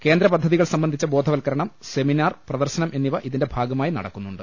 കേന്ദ്ര പദ്ധതികൾ സംബന്ധിച്ച് ബോധവൽക്കരണം സെമിനാർ പ്ര ദർശനം എന്നിവ ഇതിന്റെ ഭാഗമായി നടക്കുന്നുണ്ട്